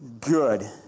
good